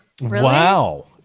Wow